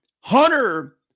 Hunter